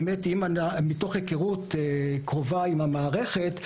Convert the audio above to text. מתוך היכרות קרובה עם המערכת,